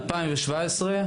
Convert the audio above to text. ב-2017.